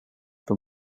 than